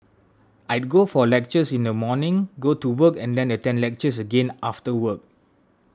I'd go for lectures in the morning go to work and then attend lectures again after work